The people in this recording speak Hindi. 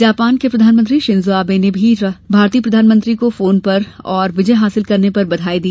जापान के प्रधानमंत्री शिंजो आबे ने भी भारतीय प्रधानमंत्री को फोन किया और विजय हासिल करने पर बधाई दी